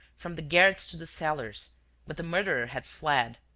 from the garrets to the cellars but the murderer had fled.